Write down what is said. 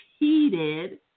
repeated